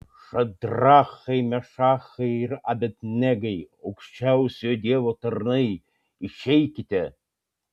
šadrachai mešachai ir abed negai aukščiausiojo dievo tarnai išeikite